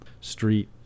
street